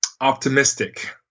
optimistic